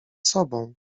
sobą